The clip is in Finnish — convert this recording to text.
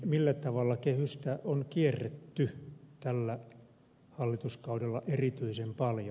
millä tavalla kehystä on kierretty tällä hallituskaudella erityisen paljon